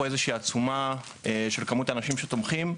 איזושהי עצומה של כמות אנשים שתומכים.